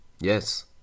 yes